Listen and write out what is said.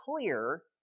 clear